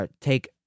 take